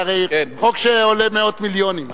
הרי זה חוק שעולה מאות מיליונים.